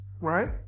right